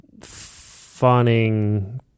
fawning